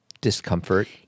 discomfort